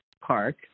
park